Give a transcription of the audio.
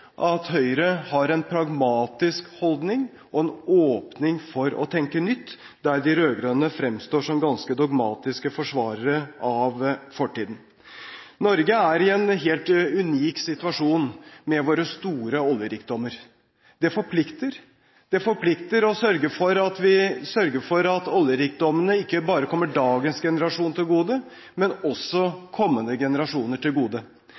at Høyre har en pragmatisk holdning og en åpning for å tenke nytt der de rød-grønne fremstår som ganske dogmatiske forsvarere av fortiden. Norge er i en helt unik situasjon med sine store oljerikdommer – det forplikter. Det forplikter på den måten at vi må sørge for at oljerikdommene ikke bare kommer dagens generasjon til gode, men også kommende generasjoner til gode.